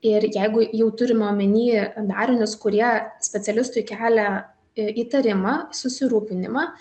ir jeigu jau turima omenyje darinius kurie specialistui kelia įtarimą susirūpinimą